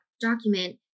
document